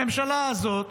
הממשלה הזאת